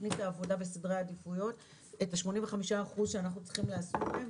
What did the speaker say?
תוכנית העבודה וסדרי העדיפויות את ה-85% שאנחנו צריכים לעסוק בהם.